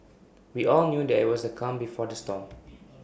we all knew that IT was the calm before the storm